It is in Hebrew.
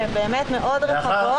שהן באמת מאוד רחבות,